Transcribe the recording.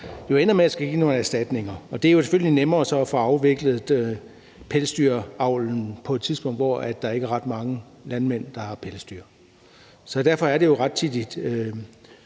jo ender med at skulle give nogle erstatninger, og det er jo så selvfølgelig nemmere at få afviklet pelsdyravlen på et tidspunkt, hvor der ikke er ret mange landmænd, der har pelsdyr. Derfor er det jo rettidig